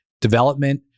development